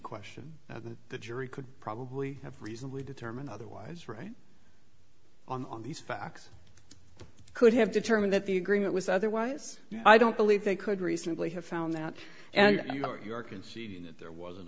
question the jury could probably have reasonably determined otherwise right on these facts could have determined that the agreement was otherwise i don't believe they could reasonably have found that out and you're conceding that there was an